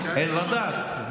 אין לדעת.